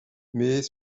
mais